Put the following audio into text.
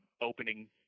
opening